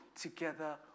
together